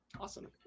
Awesome